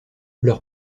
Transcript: leur